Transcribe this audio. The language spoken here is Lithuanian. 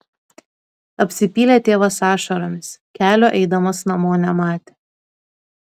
apsipylė tėvas ašaromis kelio eidamas namo nematė